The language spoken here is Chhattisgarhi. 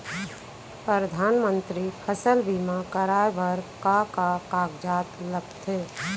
परधानमंतरी फसल बीमा कराये बर का का कागजात लगथे?